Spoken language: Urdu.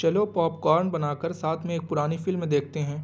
چلو پاپ کارن بنا کر ساتھ میں ایک پرانی فلم دیکھتے ہیں